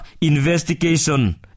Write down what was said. investigation